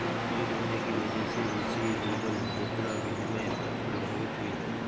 युद्ध होने की वजह से रूसी रूबल मुद्रा विनिमय दर प्रभावित हुई